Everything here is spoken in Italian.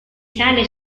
sale